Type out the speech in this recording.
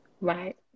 right